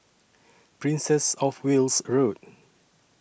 Princess of Wales Road